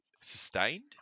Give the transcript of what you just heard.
sustained